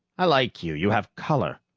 i like you you have color.